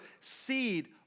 seed